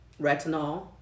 retinol